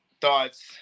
thoughts